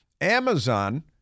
Amazon